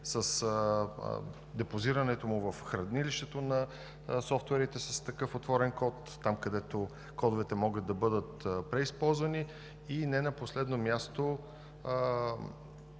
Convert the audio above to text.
с депозирането му в хранилището на софтуерите с такъв отворен код, там, където кодовете могат да бъдат преизползвани, и не на последно място,